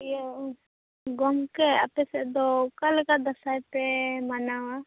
ᱤᱭᱟᱹ ᱜᱚᱝᱠᱮ ᱟᱯᱮ ᱥᱮᱫ ᱫᱚ ᱚᱠᱟ ᱞᱮᱠᱟ ᱫᱟᱸᱥᱟᱭ ᱯᱮ ᱢᱟᱱᱟᱣᱟ